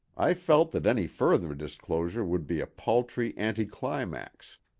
i felt that any further disclosure would be a paltry anti-climax,